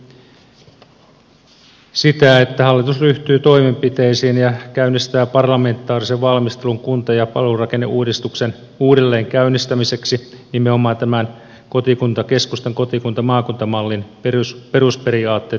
keskusta on esittänyt sitä että hallitus ryhtyy toimenpiteisiin ja käynnistää parlamentaarisen valmistelun kunta ja palvelurakenneuudistuksen uudelleen käynnistämiseksi nimenomaan tämän keskustan kotikuntamaakunta mallin perusperiaatteitten pohjalta